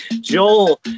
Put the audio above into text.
Joel